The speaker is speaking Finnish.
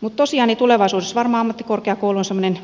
mutta tosiaan tulevaisuudessa varmaan ammattikorkeakoulu on semmoinen